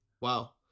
Wow